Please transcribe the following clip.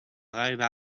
gaire